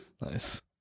Nice